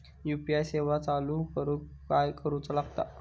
UPI सेवा चालू करूक काय करूचा लागता?